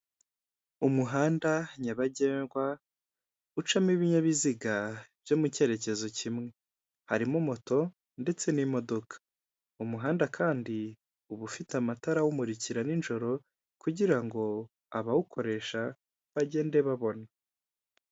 Umuhanda nyabagendwa ucamo ibinyabiziga byo mu cyerekezo kimwe. Harimo; moto ndetse n'imodoka. Umuhanda kandi uba ufite amatara awumurikira ninjoro, kugirango abawukoresha bagende babona.